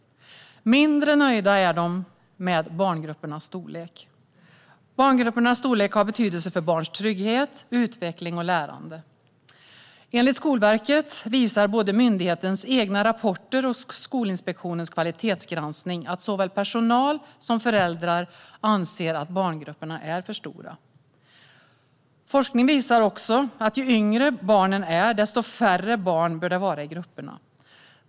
Mindre nöjda är de med barngruppernas storlek. Barngruppernas storlek har betydelse för barns trygghet, utveckling och lärande. Enligt Skolverket visar både myndighetens egna rapporter och Skolinspektionens kvalitetsgranskning att såväl personal som föräldrar anser att barngrupperna är för stora. Forskning visar också att ju yngre barnen är, desto färre barn bör det vara i grupperna.